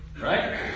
Right